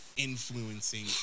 Influencing